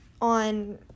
on